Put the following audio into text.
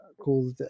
called